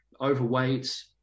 overweight